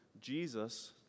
Jesus